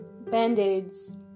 Band-Aids